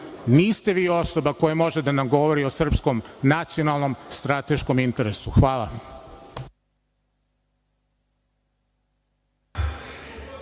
Niste vi osoba koja može da nam govori o srpskom nacionalnom strateškom interesu. Hvala.